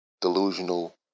delusional